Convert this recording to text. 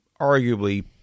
arguably